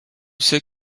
sais